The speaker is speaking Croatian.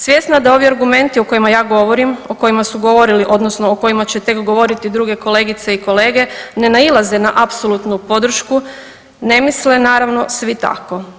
Svjesna da ovi argumenti o kojima ja govorim, o kojima su govorili, odnosno o kojima će tek govoriti druge kolegice i kolege, ne nailaze na apsolutnu podršku, ne misle naravno svi tako.